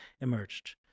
emerged